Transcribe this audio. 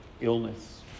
illness